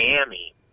Miami